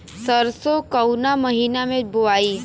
सरसो काउना महीना मे बोआई?